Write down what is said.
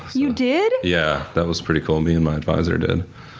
you did? yeah. that was pretty cool. me and my adviser did.